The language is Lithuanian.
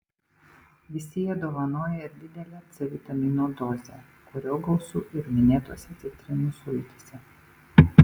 visi jie dovanoja ir didelę c vitamino dozę kurio gausu ir minėtose citrinų sultyse